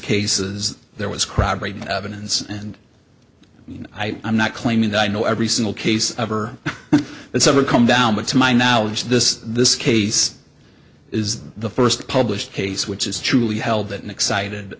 cases there was crowd evidence and i am not claiming i know every single case ever it's ever come down but to my knowledge this this case is the first published case which is truly held that an excited